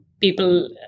people